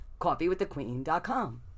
coffeewiththequeen.com